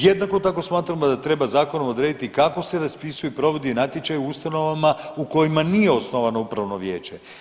Jednako tako smatramo da treba zakonom odrediti kako se raspisuje i provodi natječaj u ustanovama u kojima nije osnovano upravno vijeće.